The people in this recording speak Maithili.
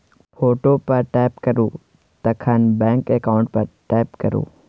फोटो पर टैप करु तखन बैंक अकाउंट पर टैप करु